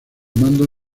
mando